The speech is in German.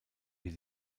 wie